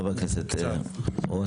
חבר הכנסת רוט.